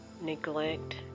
neglect